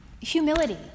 humility